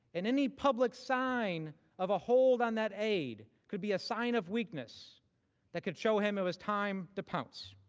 and any public signed of a hold on that aid could be a sign of weakness that could show him it was time to pounce.